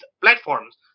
platforms